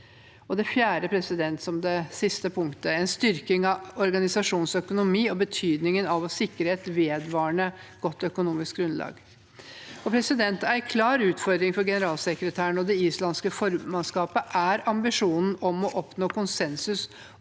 det fjerde – og som det siste punktet: en styrking av organisasjonens økonomi og betydningen av å sikre et vedvarende godt økonomisk grunnlag. En klar utfordring for generalsekretæren og det islandske formannskapet er ambisjonen om å oppnå konsensus